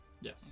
Yes